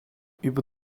über